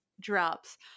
drops